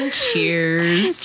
cheers